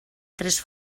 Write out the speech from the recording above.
tres